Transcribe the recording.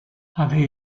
avait